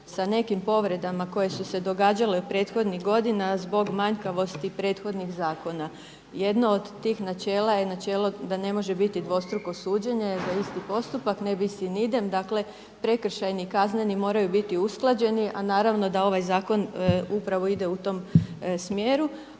sa nekim povredama koje su se događale prethodnih godina zbog manjkavosti prethodnih zakona. Jedno od tih načela je načelo da ne može biti dvostruko suđenje za isti postupak ne bis in idem, dakle prekršajni i kazneni moraju biti usklađeni, a naravno da ovaj zakon upravo ide u tom smjeru.